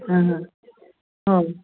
हो